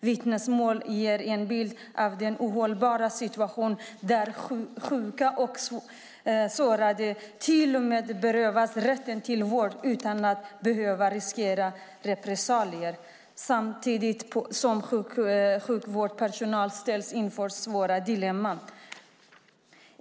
Vittnesmål ger en bild av en ohållbar situation där sjuka och sårade till och med berövas rätten till vård utan att behöva riskera repressalier samtidigt som sjukvårdspersonalen ställs inför svåra dilemman.